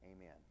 amen